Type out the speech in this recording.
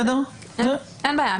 אין בעיה.